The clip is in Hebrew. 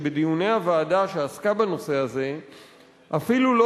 שבדיוני הוועדה שעסקה בנושא הזה אפילו לא